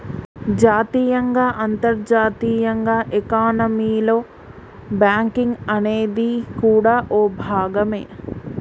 జాతీయంగా అంతర్జాతీయంగా ఎకానమీలో బ్యాంకింగ్ అనేది కూడా ఓ భాగమే